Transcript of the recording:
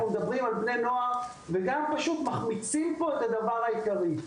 מדברים פה על בני נוער וגם משום שמחמיצים פה את הדבר העיקרי.